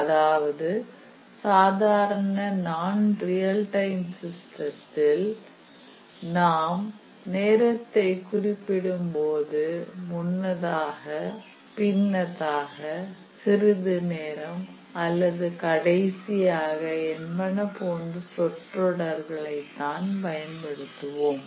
அதாவது சாதாரண நான் ரியல் டைம் சிஸ்டத்தில் நாம் நேரத்தை குறிப்பிடும்போது முன்னதாக பின்னதாக சிறிது நேரம் அல்லது கடைசியாக என்பன போன்ற சொற்றொடர்களை தான் பயன்படுத்துவோம்